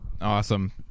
awesome